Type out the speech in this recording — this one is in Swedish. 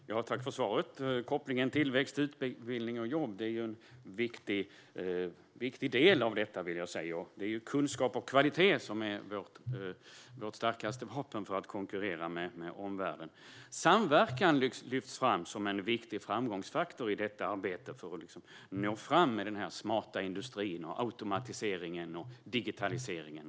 Herr talman! Tack för svaret! Kopplingen mellan tillväxt, utbildning och jobb är en viktig del av detta. Kunskap och kvalitet är vårt starkaste vapen för att konkurrera med omvärlden. Samverkan lyfts upp som en viktig framgångsfaktor i arbetet med att nå fram med den smarta industrin, automatiseringen och digitaliseringen.